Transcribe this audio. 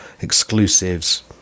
exclusives